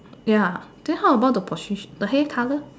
ya then how about the positi~ the hair colour